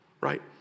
Right